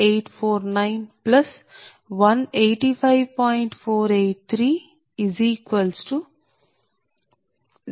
203 MW